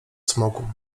smoku